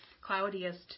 cloudiest